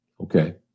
okay